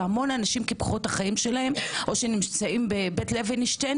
והמון אנשים קיפחו את חייהם או נמצאים בבית לוינשטיין